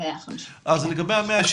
לגבי ה-170,